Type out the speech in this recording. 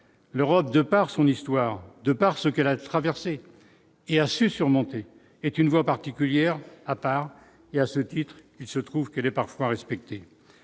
l'Europe, de par son histoire, de par ce qu'elle a traversés et a su surmonter est une voie particulière à part et à ce titre, il se trouve que les parfois respecter